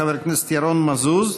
חבר הכנסת ירון מזוז,